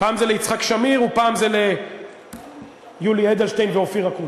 פעם זה ליצחק שמיר ופעם זה ליולי אדלשטיין ואופיר אקוניס: